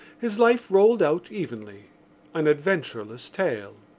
his life rolled out evenly an adventureless tale.